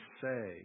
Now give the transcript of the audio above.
say